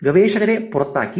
ഗവേഷകരെ പുറത്താക്കി